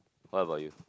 what about you